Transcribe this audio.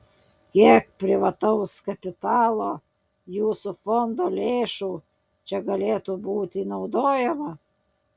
kiek privataus kapitalo jūsų fondo lėšų čia galėtų būti naudojama